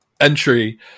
entry